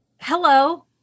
hello